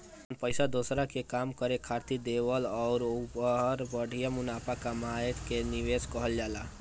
अपन पइसा दोसरा के काम करे खातिर देवल अउर ओहपर बढ़िया मुनाफा कमएला के निवेस कहल जाला